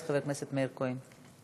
חבר הכנסת מאיר כהן.